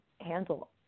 handle